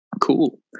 Cool